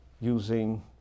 using